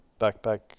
backpack